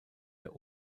der